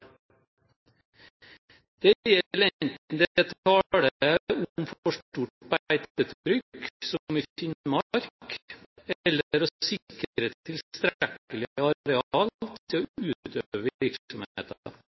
Det gjelder enten det er tale om for stort beitetrykk, som i Finnmark, eller å sikre tilstrekkelige arealer til å